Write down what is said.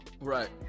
right